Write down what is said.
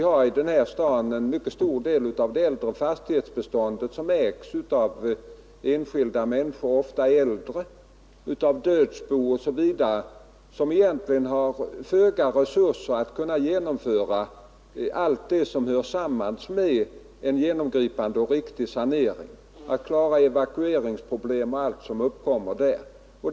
Här i staden är det en mycket stor del av det äldre fastighetsbeståndet som ägs av enskilda människor, ofta äldre, av dödsbon osv., och dessa har egentligen föga av resurser för att genomföra allt det som hör ihop med en genomgripande och riktig sanering, t.ex. att klara evakuering och alla problem som uppkommer i det sammanhanget.